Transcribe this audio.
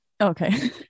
Okay